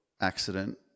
accident